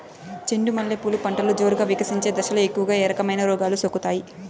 చెండు మల్లె పూలు పంటలో జోరుగా వికసించే దశలో ఎక్కువగా ఏ రకమైన రోగాలు సోకుతాయి?